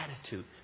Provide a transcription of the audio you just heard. attitude